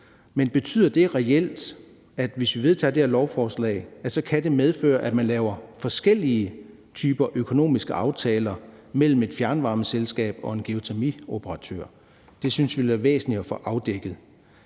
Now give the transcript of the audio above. Men betyder det reelt, at hvis vi vedtager det her lovforslag, kan det medføre, at man laver forskellige typer økonomiske aftaler mellem et fjernvarmeselskab og en geotermioperatør? Det synes vi vil være væsentligt at få afdækket.